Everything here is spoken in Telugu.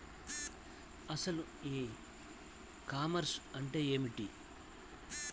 అసలు ఈ కామర్స్ అంటే ఏమిటి?